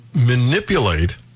manipulate